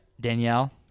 danielle